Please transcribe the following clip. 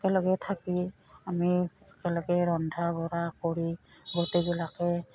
একেলগে থাকি আমি একেলগে ৰন্ধা বঢ়া কৰি গোটেবিলাকে